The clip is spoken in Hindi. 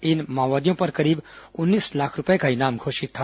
इन माओवादियों पर करीब उन्नीस लाख रूपए का इनाम घोषित था